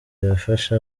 yafashe